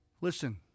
Listen